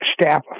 staff